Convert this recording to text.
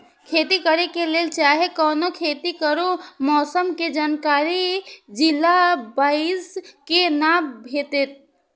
खेती करे के लेल चाहै कोनो खेती करू मौसम के जानकारी जिला वाईज के ना भेटेत?